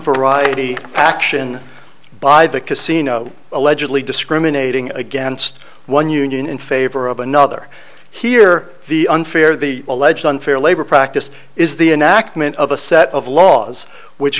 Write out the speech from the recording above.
variety action by the casino allegedly discriminating against one union in favor of another here the unfair the alleged unfair labor practice is the enactment of a set of laws which